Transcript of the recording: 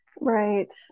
Right